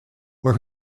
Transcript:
where